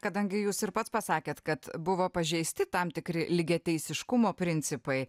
kadangi jūs ir pats pasakėt kad buvo pažeisti tam tikri lygiateisiškumo principai